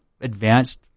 advanced